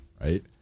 right